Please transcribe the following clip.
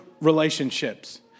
relationships